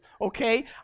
okay